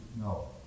No